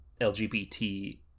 LGBT